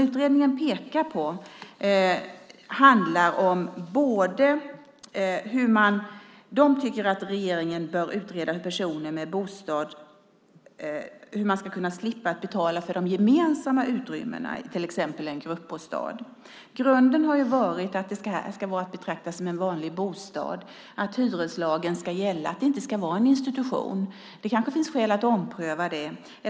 Utredningen tycker att regeringen bör utreda hur man ska kunna slippa att betala för de gemensamma utrymmena i till exempel en gruppbostad. Grunden har varit att det här ska vara att betrakta som en vanlig bostad, att hyreslagen ska gälla och att det inte ska vara en institution. Det kanske finns skäl att ompröva det.